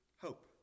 hope